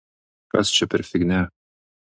kas čia per fignia